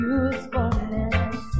usefulness